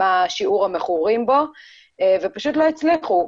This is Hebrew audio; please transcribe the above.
מה שיעור המכורים בו ופשוט לא הצליחו.